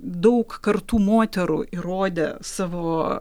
daug kartų moterų įrodė savo